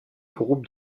groupes